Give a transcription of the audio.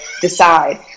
decide